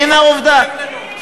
והנה העובדה,